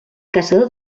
caçador